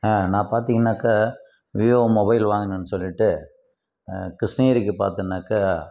ஆ நான் பார்த்திங்கனாக்கா Vivo mobile வாங்கணும்னு சொல்லிட்டு கிருஷ்ணகிரிக்கு பார்த்தின்னாக்கா